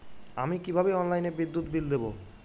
আমি কিভাবে অনলাইনে বিদ্যুৎ বিল দেবো?